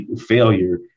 failure